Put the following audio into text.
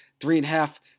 three-and-a-half